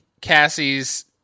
Cassie's